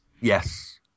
Yes